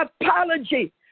apology